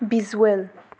visual